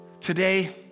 Today